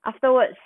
afterwards